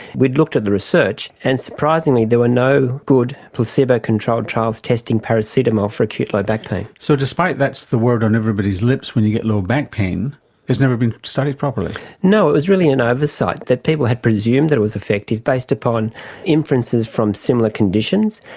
we looked at the research and surprisingly there were no good placebo controlled trials testing paracetamol for acute low back pain. so despite that's the word on everybody's lips when you get low back pain, it has never been studied properly. no, it was really an oversight, that people had presumed that it was effective based upon inferences from similar conditions,